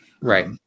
Right